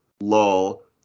lol